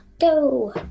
Go